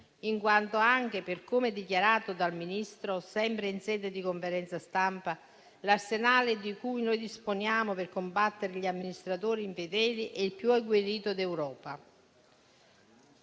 in quanto, anche per come dichiarato dal Ministro sempre in sede di conferenza stampa, l'arsenale di cui noi disponiamo per combattere gli amministratori infedeli è il più agguerrito d'Europa.